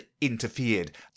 interfered